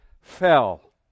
fell